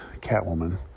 Catwoman